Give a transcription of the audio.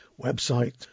website